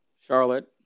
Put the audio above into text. Charlotte